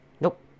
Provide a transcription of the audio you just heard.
Nope